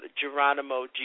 Geronimo